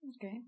Okay